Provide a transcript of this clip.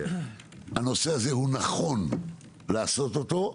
הנושא הזה, נכון לעשות אותו.